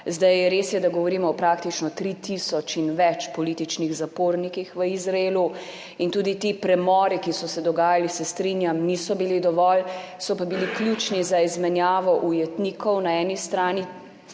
Res je, da govorimo o praktično 3 tisoč in več političnih zapornikih v Izraelu, in tudi ti premori, ki so se dogajali, se strinjam, niso bili dovolj, so pa bili ključni za izmenjavo ujetnikov na eni strani